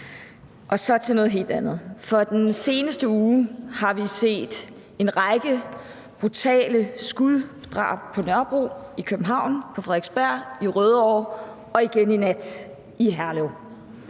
Og så til noget helt andet: For den seneste uge har vi set en række brutale skuddrab på Nørrebro i København, på Frederiksberg, i Rødovre og igen i nat i Herlev.